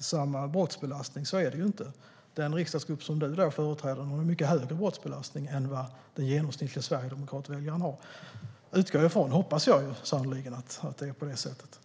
samma brottsbelastning är fel. Den riksdagsgrupp som du, Kent Ekeroth, företräder har mycket högre brottsbelastning än den genomsnittlige sverigedemokratväljaren har. Åtminstone hoppas jag sannerligen att det är på det sättet.